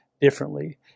differently